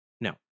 No